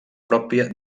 pròpia